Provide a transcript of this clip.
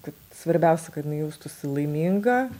kad svarbiausia kad jinai jaustųsi laiminga